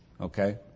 Okay